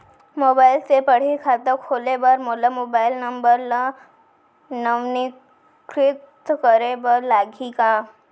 Mobile से पड़ही खाता खोले बर मोला मोबाइल नंबर ल नवीनीकृत करे बर लागही का?